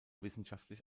wissenschaftlich